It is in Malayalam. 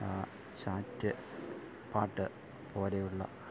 ചാറ്റ് പാട്ട് പോലെയുള്ള